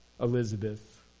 Elizabeth